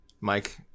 Mike